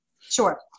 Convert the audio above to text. sure